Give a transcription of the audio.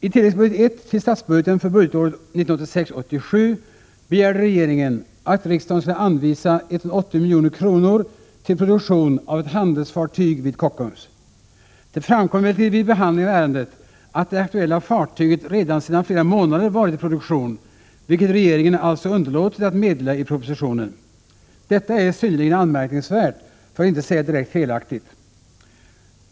I tilläggsbudget I till statsbudgeten för budgetåret 1986/87 begärde regeringen, att riksdagen skulle anvisa 180 milj.kr. till produktion av ett handelsfartyg vid Kockums. Det framkom emellerid vid behandlingen av ärendet, att det aktuella fartyget redan sedan flera månader varit i produktion, vilket regeringen alltså underlåtit att meddela i propositionen. Detta är synnerligen anmärkningsvärt, för att inte säga direkt felaktigt.